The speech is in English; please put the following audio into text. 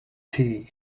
tea